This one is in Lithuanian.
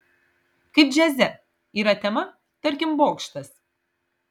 kaip džiaze yra tema tarkim bokštas